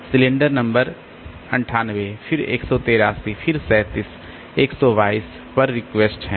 cylinder number 98 फिर 183 फिर 37 122 पर रिक्वेस्ट है